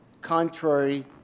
contrary